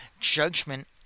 judgment